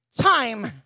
time